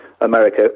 America